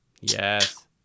Yes